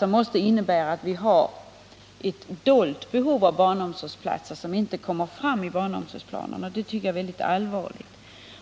Det måste innebära att vi har ett dolt behov av barnomsorgsplatser som inte kommer fram i barnomsorgsplanerna, och det tycker jag är mycket allvarligt.